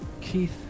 Keith